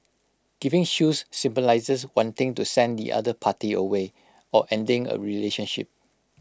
giving shoes symbolises wanting to send the other party away or ending A relationship